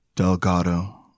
Delgado